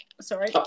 sorry